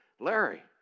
Larry